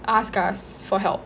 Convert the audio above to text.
ask us for help